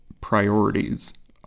priorities